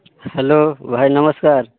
hello ଭାଇ ନମସ୍କାର